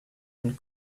and